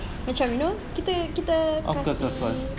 macam you know kita kita kasi